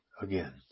again